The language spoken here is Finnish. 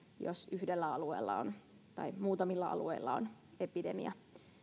jos yhdellä alueella tai muutamilla alueilla on epidemia